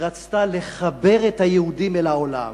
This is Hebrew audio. שרצתה לחבר את היהודים אל העולם.